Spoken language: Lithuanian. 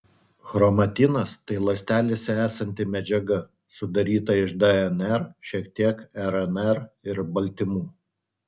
chromatinas tai ląstelėse esanti medžiaga sudaryta iš dnr šiek tiek rnr ir baltymų